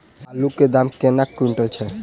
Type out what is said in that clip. आलु केँ दाम केना कुनटल छैय?